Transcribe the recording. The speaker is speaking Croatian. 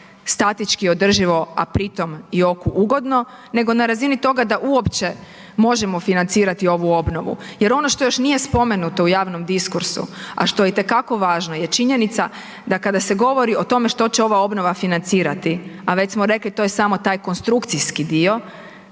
statički održivo, a pritom i oku ugodno, nego na razini toga da uopće možemo financirati ovu obnovu jer ono što još nije spomenuto u javnom diskursu, a što je itekako važno je činjenica da kada se govori o tome što će ova obnova financirati, a već smo rekli to je samo taj konstrukcijski dio